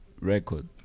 record